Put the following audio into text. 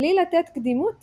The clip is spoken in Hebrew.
בלי לתת קדימות